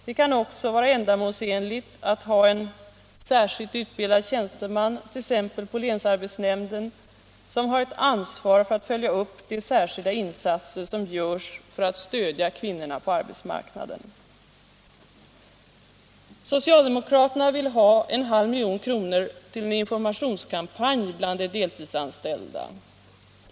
Det kan också vara ändamålsenligt att ha en särskilt utbildad tjänsteman, t.ex. på länsarbetsnämnden, som har ett ansvar för att följa upp de särskilda insatser som görs för att stödja kvinnorna på arbetsmarknaden. Socialdemokraterna vill ha en halv miljon kronor till en informationskampanj bland de deltidsanställda.